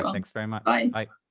um thanks very much, ah bye.